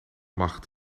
macht